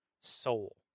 soul